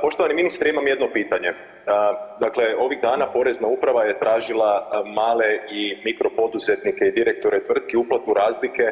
Poštovani ministre, imamo jedno pitanje, dakle, ovih dana porezna uprava je tražila male i mikro poduzetnike i direktore tvrtku uplatu razlike